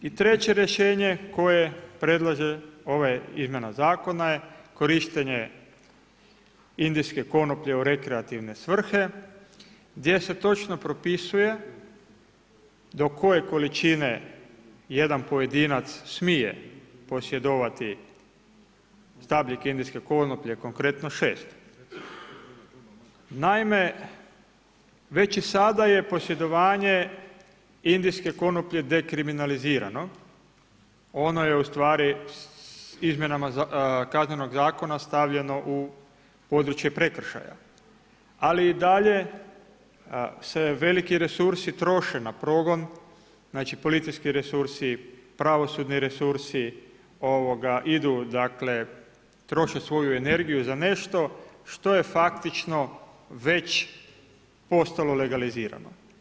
I treće rješenje koje predlaže ova izmjena zakona je korištenje indijske konoplje u rekreativne svrhe gdje se točno propisuje do koje količine jedan pojedinac smije posjedovati stabiljke indijske konoplje, konkretno 6. Naime, već i sada je posjedovanje indijske konoplje dekriminalizirano, ono je ustvari izmjenama Kaznenog zakona stavljeno u područje prekršaja, ali i dalje se veliki resursi troše na progon, znači policijski resursi, pravosudni resursi idu, troše svoju energiju za nešto što je faktično već postalo legalizirano.